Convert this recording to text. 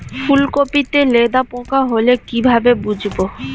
ফুলকপিতে লেদা পোকা হলে কি ভাবে বুঝবো?